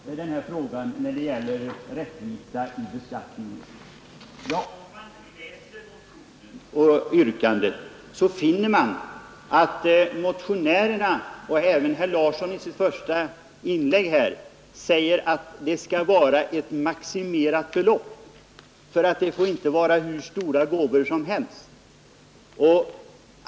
Herr talman! Herr Larsson i Umeå vill bagatellisera frågan om rättvisa i beskattningen. Om man läser motionen och yrkandet finner man att motionärerna säger — och det gjorde också herr Larsson i sitt första inlägg här — att avdraget skall gälla ett maximerat belopp; det får inte gälla hur stora gåvor som helst.